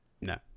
No